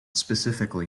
specifically